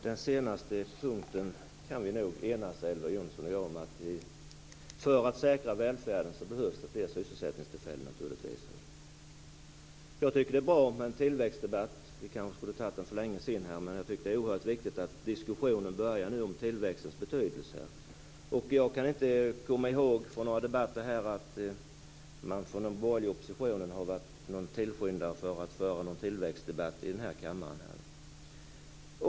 Herr talman! Elver Jonsson och jag kan nog enas om att det naturligtvis behövs mer sysselsättningstillfällen för att säkra välfärden. Det är bra med en tillväxtdebatt. Vi kanske skulle ha tagit den för länge sedan. Det är oerhört viktigt att diskussionen börjar om tillväxtens betydelse. Jag kan inte komma ihåg att den borgerliga oppositionen har varit någon tillskyndare av en tillväxtdebatt i den här kammaren.